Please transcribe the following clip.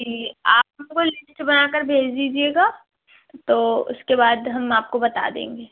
جی آپ ہم کو لسٹ بنا کر بھیج دیجیے گا تو اس کے بعد ہم آپ کو بتا دیں گے